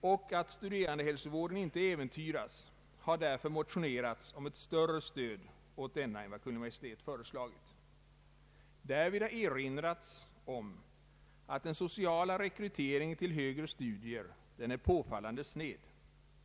och att studerandehälsovården inte äventyras, har motionerats om ett större stöd åt denna än vad Kungl. Maj:t föreslagit. Därvid har erinrats om att den sociala rekryteringen till högre studier är påfallande sned.